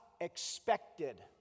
expected